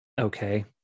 okay